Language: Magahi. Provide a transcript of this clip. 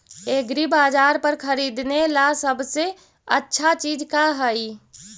एग्रीबाजार पर खरीदने ला सबसे अच्छा चीज का हई?